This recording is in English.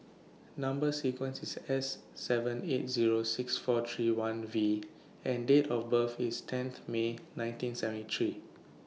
Number sequence IS S seven eight Zero six four three one V and Date of birth IS tenth May nineteen seventy three